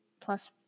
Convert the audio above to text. plus